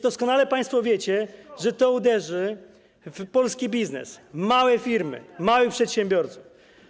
Doskonale państwo wiecie, że to uderzy w polski biznes, w małe firmy, w małych przedsiębiorców.